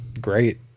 great